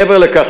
מעבר לכך,